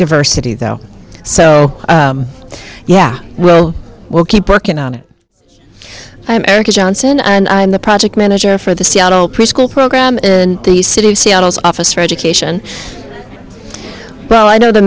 diversity though so yeah we'll we'll keep working on it i'm erica johnson and i'm the project manager for the seattle preschool program in the city of seattle's office for education well i know the